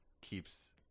keeps